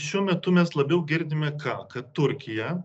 šiuo metu mes labiau girdime ką kad turkija